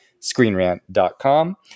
screenrant.com